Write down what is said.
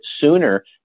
sooner